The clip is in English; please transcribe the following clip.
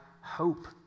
hope